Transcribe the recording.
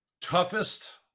toughest